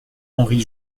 henri